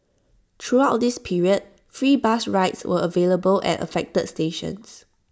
throughout this period free bus rides were available at affected stations